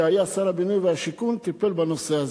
שכשהיה שר הבינוי והשיכון טיפל בנושא הזה.